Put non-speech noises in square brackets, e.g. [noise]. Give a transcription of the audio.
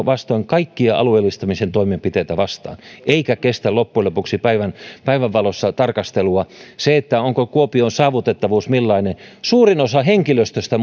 [unintelligible] vastoin kaikkia alueellistamisen toimenpiteitä eikä kestä loppujen lopuksi päivänvalossa tarkastelua se millainen kuopion saavutettavuus on suurin osa henkilöstöstä [unintelligible]